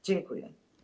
Dziękuję.